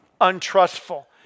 untrustful